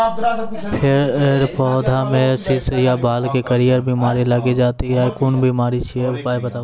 फेर पौधामें शीश या बाल मे करियर बिमारी लागि जाति छै कून बिमारी छियै, उपाय बताऊ?